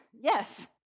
Yes